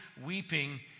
weeping